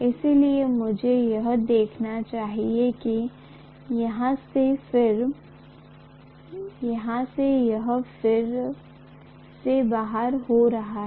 इसलिए मुझे यह दिखाना चाहिए कि यहां से यह फिर से बाहर हो रहा है